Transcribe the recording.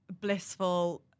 blissful